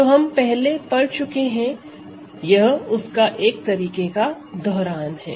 जो हम पहले पढ़ चुके हैं यह उसका एक तरीके का दोहरान है